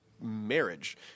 marriage